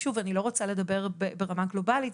שוב אני לא רוצה לדבר ברמה גלובלית,